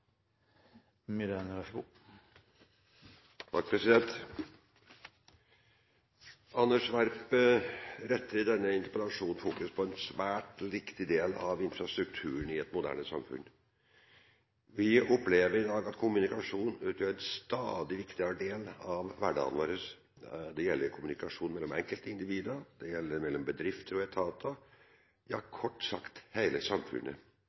Anders B. Werp fokuserer med denne interpellasjonen på en svært viktig del av infrastrukturen i et moderne samfunn. Vi opplever i dag at kommunikasjon utgjør en stadig viktigere del av hverdagen vår. Det gjelder kommunikasjon mellom enkeltindivider, og det gjelder mellom bedrifter og etater – kort sagt: hele samfunnet.